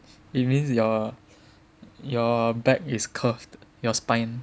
it means your your back is curved your spine